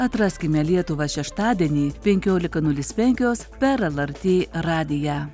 atraskime lietuvą šeštadienį penkiolika nulis penkios per lrt radiją